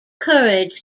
courage